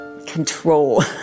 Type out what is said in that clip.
control